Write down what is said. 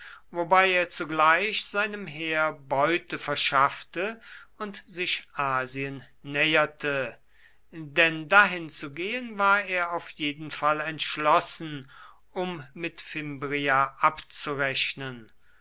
wobei er zugleich seinem heer beute verschaffte und sich asien näherte denn dahin zu gehen war er auf jeden fall entschlossen um mit fimbria abzurechnen